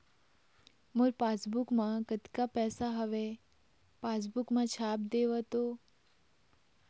मोर passbook मा कतका पैसा हवे पासबुक मा छाप देव तो?